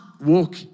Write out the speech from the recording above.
Walk